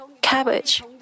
cabbage